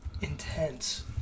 intense